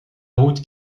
route